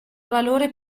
valore